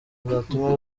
zatuma